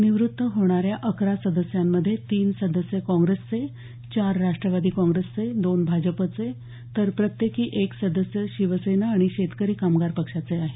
निवृत्त होणाऱ्या अकरा सदस्यांमध्ये तीन सदस्य काँग्रेसचे चार राष्ट्रवादी काँग्रेसचे दोन भाजपचे तर प्रत्येकी एक सदस्य शिवसेना आणि शेतकरी कामगार पक्षाचे आहेत